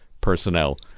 personnel